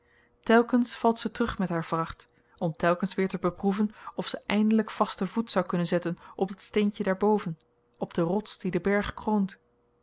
telkens valt ze terug met haar vracht om telkens weer te beproeven of ze eindelyk vasten voet zou kunnen zetten op dat steentje daar boven op de rots die den berg kroont